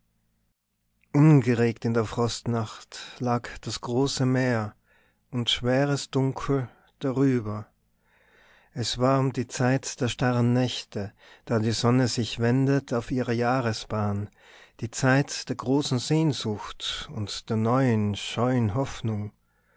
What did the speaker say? ungeregt in der frostnacht lag das große meer und schweres dunkel darüber es war um die zeit der starren nächte da die sonne sich wendet auf ihrer jahresbahn die zeit der großen sehnsucht und der neuen scheuen hoffnung